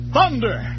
Thunder